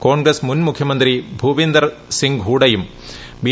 കോൺഗ്രസ് മുൻ മുഖ്യമന്ത്രി ഭൂവിന്ദർ സിങ് ഹുഡയും ജെ